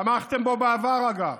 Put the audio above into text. תמכתם בו בעבר, אגב.